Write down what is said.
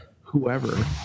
whoever